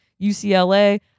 UCLA